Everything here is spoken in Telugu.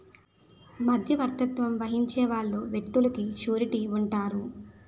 మధ్యవర్తిత్వం వహించే వాళ్ళు వ్యక్తులకు సూరిటీ ఉంటారు